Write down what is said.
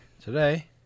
today